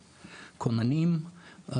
כוננים,